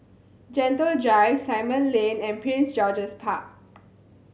Gentle Drive Simon Lane and Prince George's Park